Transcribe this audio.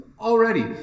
Already